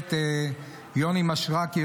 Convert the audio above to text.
הכנסת יוני מישרקי,